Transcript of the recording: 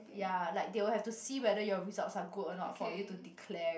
ya like they will have to see whether your results are good or not for you to declare it